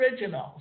originals